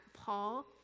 Paul